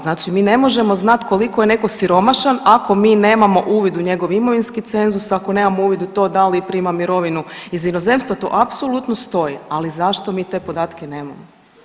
Znači mi ne možemo znat koliko je neko siromašan ako mi nemamo uvid u njegov imovinski cenzus, ako nemamo uvid u to da li prima mirovinu iz inozemstva, to apsolutno stoji, ali zašto mi te podatke nemamo.